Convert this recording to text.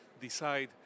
decide